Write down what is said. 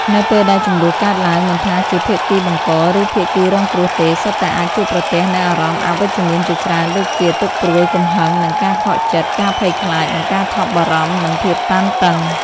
នៅពេលដែលជម្លោះកើតឡើង មិនថាជាភាគីបង្ក ឬភាគីរងគ្រោះទេ សុទ្ធតែអាចជួបប្រទះនូវអារម្មណ៍អវិជ្ជមានជាច្រើនដូចជា ទុក្ខព្រួយ កំហឹង និងការខកចិត្ត ការភ័យខ្លាច និងការថប់បារម្ភ និងភាពតានតឹង។